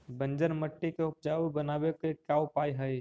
बंजर मट्टी के उपजाऊ बनाबे के का उपाय है?